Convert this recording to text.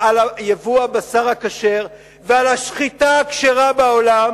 ייבוא הבשר הכשר ועל השחיטה הכשרה בעולם,